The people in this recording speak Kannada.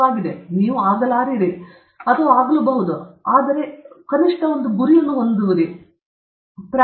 1905 ಪ್ರಾಂಡ್ಲ್ಸ್ನ ಬೌಂಡರಿ ಲೇಯರ್ ಥಿಯರಿ 2016 ರವರೆಗೂ ಯಾವುದೇ ಪ್ರಾಧ್ಯಾಪಕ ವರ್ಗ ಪ್ರಾಂಡ್ಲ್ನ ಬೌಂಡರಿ ಲೇಯರ್ ಸಿದ್ಧಾಂತಕ್ಕೆ ಹೋಗುತ್ತಿದ್ದಾನೆ